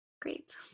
great